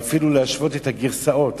ואפילו להשוות את הגרסאות,